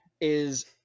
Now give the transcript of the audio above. is-